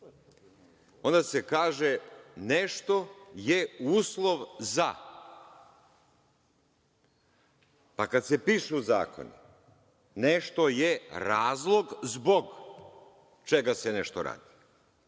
onda se kaže nešto je uslov za, pa kada se pišu zakoni nešto je razlog zbog čega se nešto radi.